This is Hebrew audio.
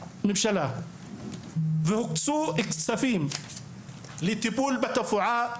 ממשלה והוקצו כספים לטיפול בתופעה הזאת,